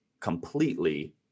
completely